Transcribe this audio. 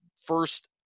first